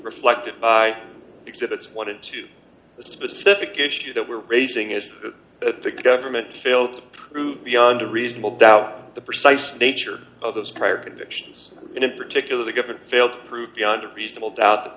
reflected by exhibits what into a specific issue that we're raising is that the government failed to prove beyond a reasonable doubt the precise nature of those prior convictions and in particular the government failed to prove beyond a reasonable doubt that